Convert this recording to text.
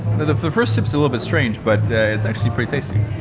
the first sip's a little bit strange but it's actually pretty tasty.